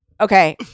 Okay